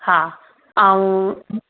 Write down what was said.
हा ऐं